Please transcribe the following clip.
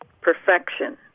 Perfection